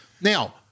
Now